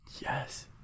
yes